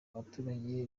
abaturage